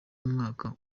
umwaka